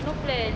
no plan